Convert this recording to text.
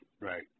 Right